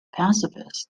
pacifist